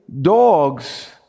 dogs